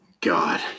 god